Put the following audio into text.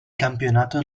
campionato